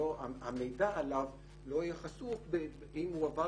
המידע עליו לא יהיה חשוף אם הוא עבר